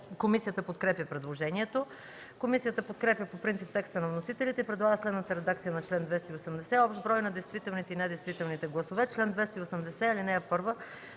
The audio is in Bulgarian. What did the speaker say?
Комисията не подкрепя предложението. Комисията подкрепя по принцип текста на вносителите и предлага следната редакция на чл. 334: „Общ брой на действителните и недействителните гласове Чл. 334. (1) Секционната